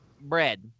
bread